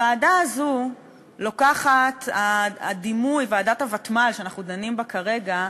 הוועדה הזאת, הוותמ"ל, שאנחנו דנים בה כרגע,